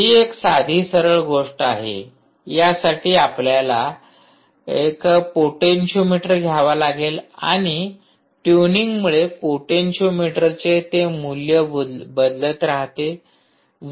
ही एक साधी सरळ गोष्ट आहे यासाठी आपल्याला एक पोटेन्शीओमीटर घ्यावा लागेल आणि ट्युनिंगमुळे पोटेन्शीओमीटर चे मूल्य बदलत राहते